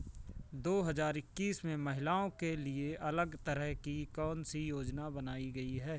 दो हजार इक्कीस में महिलाओं के लिए अलग तरह की कौन सी योजना बनाई गई है?